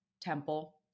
temple